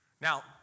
Now